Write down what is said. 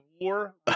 war